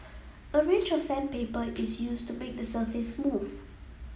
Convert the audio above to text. a range of sandpaper is used to make the surface smooth